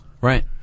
Right